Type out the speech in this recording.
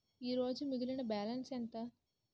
ఈరోజు మిగిలిన బ్యాలెన్స్ ఎంత?